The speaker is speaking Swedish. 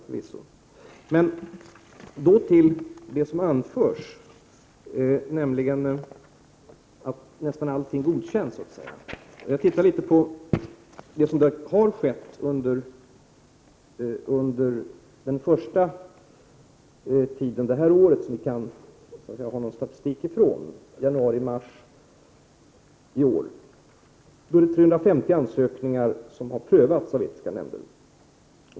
45 Sedan några ord om det som anförts om att nästan alla fall godkänns. Jag har studerat den första perioden i år som vi har statistik ifrån, januari-mars. 350 ansökningar har då prövats av djurförsöksetiska nämnden.